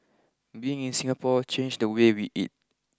being in Singapore changed the way we eat